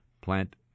plant